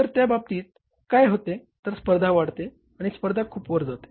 तर त्या बाबतीत काय होते तर स्पर्धा वाढते आणि स्पर्धा खूप वर जाते